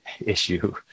issue